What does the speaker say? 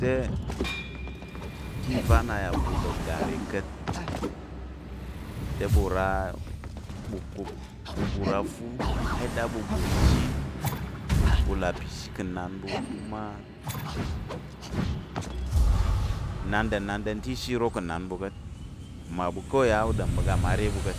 Te ka̱ ivan a yà pa̱ u ɗom n go nre ka̱t, te ɓu ra ɓu kup ɓu bur afu i da ɓu ɓur ishi ɓu là pa̱ ishi ka̱ nnan ɓu kuma inanɗər inanɗər kuma ishi iro ka̱ nan ɓu ka̱t mmamɓu kawai te u ɗom pa̱ mma re ɓu ka̱t